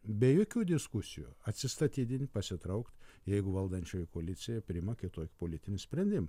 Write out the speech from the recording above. be jokių diskusijų atsistatydint pasitraukt jeigu valdančioji koalicija priima kitokį politinį sprendimą